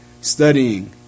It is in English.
studying